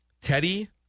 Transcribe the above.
Teddy